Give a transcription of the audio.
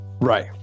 Right